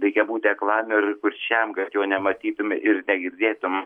reikia būti aklam ir kurčiam kad jo nematytum ir negirdėtum